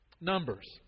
Numbers